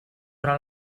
però